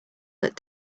that